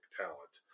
talent